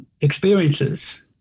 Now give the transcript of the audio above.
experiences